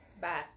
Bye